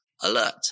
alert